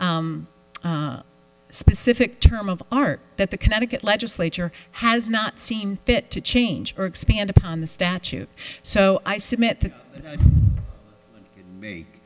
very specific term of art that the connecticut legislature has not seen fit to change or expand upon the statute so i submit t